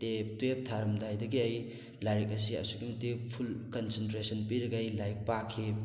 ten twelve ꯊꯥꯔꯝꯗꯥꯏꯗꯒꯤ ꯑꯩ ꯂꯥꯏꯔꯤꯛ ꯑꯁꯤ ꯑꯁꯨꯛꯀꯤ ꯃꯇꯤꯛ ꯐꯨꯜ ꯀꯟꯁꯦꯟꯇ꯭ꯔꯦꯁꯟ ꯄꯤꯔꯒ ꯑꯩ ꯂꯥꯏꯔꯤꯛ ꯄꯥꯈꯤ